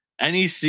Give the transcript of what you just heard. NEC